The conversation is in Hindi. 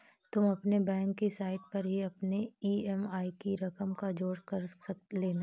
तुम अपने बैंक की साइट पर ही अपने ई.एम.आई की रकम का जोड़ कर लेना